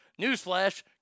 newsflash